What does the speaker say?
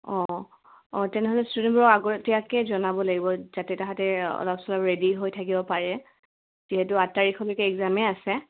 অঁ অঁ তেনেহ'লে ষ্টুডেণ্টবোৰক আগতীয়াকৈ জনাব লাগিব যাতে সিহঁতে অলপ চলপ ৰেডি হৈ থাকিব পাৰে যিহেতু আঠ তাৰিখলৈকে এক্জামেই আছে